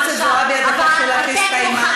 חברת הכנסת זועבי, הדקה שלך הסתיימה.